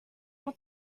will